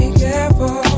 careful